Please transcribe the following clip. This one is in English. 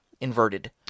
inverted